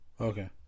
Okay